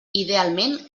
idealment